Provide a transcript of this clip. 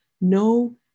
no